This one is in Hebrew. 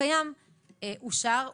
לכן אני חושבת שצריכה להיות כאן אחריות,